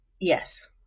Yes